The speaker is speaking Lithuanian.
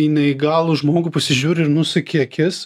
į neįgalų žmogų pasižiūri ir nusuki akis